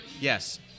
Yes